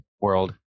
world